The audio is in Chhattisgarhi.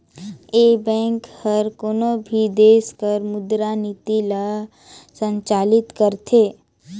ए बेंक हर कोनो भी देस कर मुद्रा नीति ल संचालित करथे